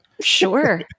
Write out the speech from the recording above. Sure